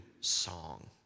song